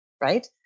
right